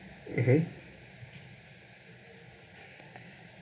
mmhmm